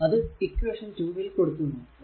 അത് ഇക്വേഷൻ 2 ൽ കൊടുത്തു നോക്കുക